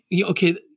okay